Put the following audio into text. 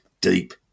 deep